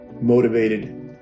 motivated